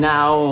Now